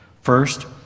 First